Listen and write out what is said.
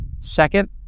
second